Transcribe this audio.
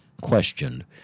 questioned